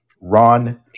Ron